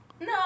no